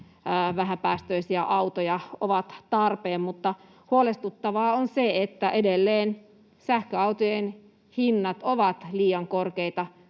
vähäpäästöisiä autoja, ovat tarpeen, mutta huolestuttavaa on se, että edelleen sähköautojen hinnat ovat liian korkeita